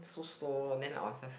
so slow then I was just